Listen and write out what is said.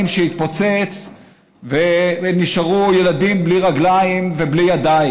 שהתפוצץ ונשארו ילדים בלי רגליים ובלי ידיים,